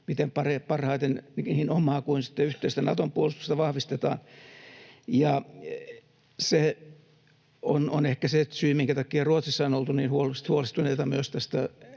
miten parhaiten niin omaa kuin sitten yhteistä Naton puolustusta vahvistetaan. Se on ehkä se syy, minkä takia Ruotsissa on oltu niin huolestuneita myös